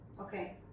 Okay